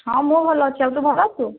ହଁ ମୁଁ ଭଲ ଅଛି ଆଉ ତୁ ଭଲ ଅଛୁ